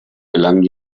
gelang